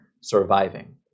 surviving